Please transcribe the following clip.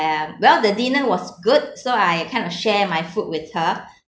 um well the dinner was good so I kind of share my food with her